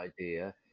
idea